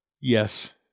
yes